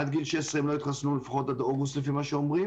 עד גיל 16 הם לא יתחסנו לפחות עד אוגוסט לפי מה שאומרים.